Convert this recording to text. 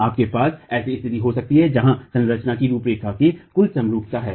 आपके पास ऐसी स्थिति हो सकती है जहां संरचना कि रुपरेखा में कुल समरूपता है